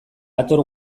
hator